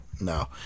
no